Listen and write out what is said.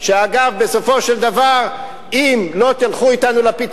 ואנחנו רואים שבמו-ידינו אנחנו לוקחים מאות